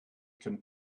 can